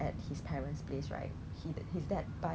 他 actually 卖 for like 三十块 eh 真的有人买